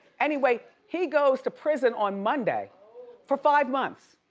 anyway, he goes to prison on monday for five months.